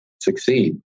succeed